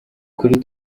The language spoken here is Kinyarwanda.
kuri